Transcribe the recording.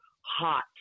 hot